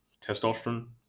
testosterone